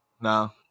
No